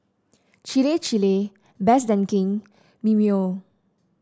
Chir Chir Best Denki Mimeo